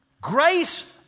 Grace